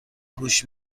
گوش